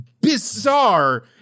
bizarre